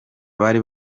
bari